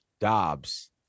Dobbs